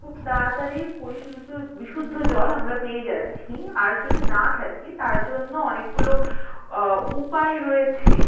খুব তাড়াতাড়ি পরিশোধিত বিশুদ্ধ জল আমরা পেয়ে যাচ্ছি আর যদি না থাকে তার জন্য অনেকগুলো উপায় রয়েছে